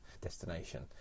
destination